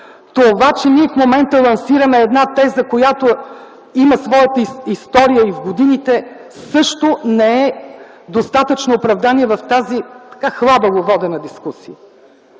Това, че ние в момента лансираме една теза, която има своята история и в годините, също не е достатъчно оправдание в тази хлабаво водена дискусия.